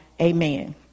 Amen